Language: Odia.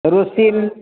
ରୋସିଲ